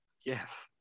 Yes